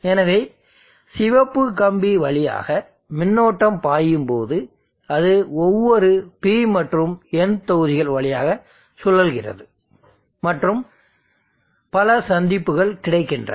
எனவே சிவப்பு கம்பி வழியாக மின்னோட்டம் பாயும் போது அது ஒவ்வொரு P மற்றும் N தொகுதிகள் வழியாக சுழல்கிறது மற்றும் பல சந்திப்புகள் கிடைக்கின்றன